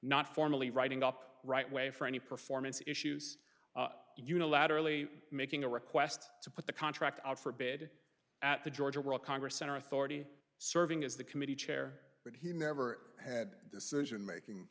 not formally writing up right way for any performance issues unilaterally making a request to put the contract out for bid at the georgia world congress center authority serving as the committee chair but he never had decision making